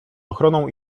ochroną